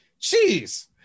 Jeez